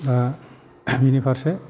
दा बेनि फारसे